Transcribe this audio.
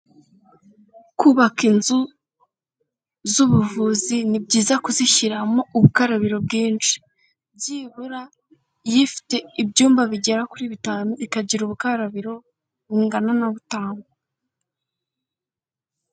Kubaka inzu z'ubuvuzi ni byiza kuzishyiramo ubukarabiro bwinshi, byibura iyo ifite ibyumba bigera kuri bitanu ikagira ubukarabiro bungana na butanu.